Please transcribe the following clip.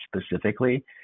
specifically